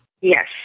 yes